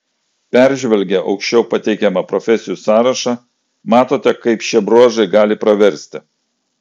peržvelgę aukščiau pateikiamą profesijų sąrašą matote kaip šie bruožai gali praversti